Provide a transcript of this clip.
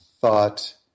thought